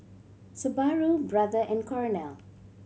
Subaru Brother and Cornell